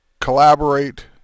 Collaborate